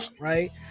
right